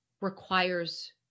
requires